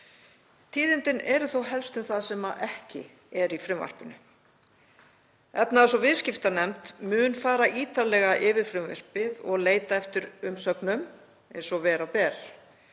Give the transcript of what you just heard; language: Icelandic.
Tíðindin eru þó helst um það sem ekki er í frumvarpinu. Efnahags- og viðskiptanefnd mun fara ítarlega yfir frumvarpið og leita eftir umsögnum eins og vera ber.